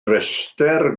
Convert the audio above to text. restr